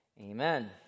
amen